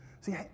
see